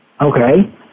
Okay